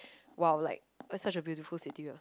!wow! like that's such a beautiful city